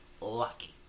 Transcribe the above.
lucky